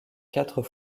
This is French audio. quatre